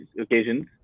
occasions